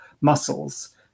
muscles